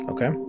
Okay